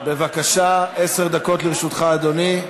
עשר דקות לרשותך, אדוני.